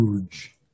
huge